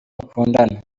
mukundana